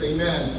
Amen